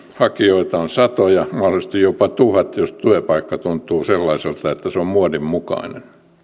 hakijoita on satoja mahdollisesti jopa tuhat jos työpaikka tuntuu sellaiselta että se on muodin mukainen